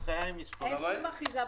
אין שום אחיזה במציאות.